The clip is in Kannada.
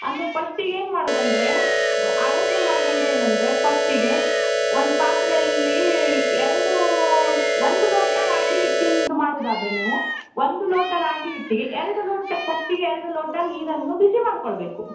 ಅಂದರೆ ಫಸ್ಟಿಗೆ ಏನು ಮಾಡುದು ಅಂದರೆ ಆಳೈಸ್ಕೊಂಡು ಮಾಡುದು ಅಂದರೆ ಏನು ಅಂದರೆ ಫಸ್ಟಿಗೆ ಒಂದು ಪಾತ್ರೆಯಲ್ಲಿ ಎರಡು ಒಂದು ಲೋಟ ರಾಗಿ ಹಿಟ್ಟಿಂದು ಮಾಡುದಾದರೆ ನೀವು ಒಂದು ಲೋಟ ರಾಗಿ ಹಿಟ್ಟಿಗೆ ಎರಡು ಲೋಟ ಫಸ್ಟಿಗೆ ಎರಡು ಲೋಟ ನೀರನ್ನು ಬಿಸಿ ಮಾಡ್ಕೊಳ್ಬೇಕು